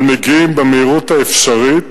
אבל מגיעים במהירות האפשרית,